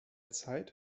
zeit